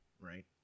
right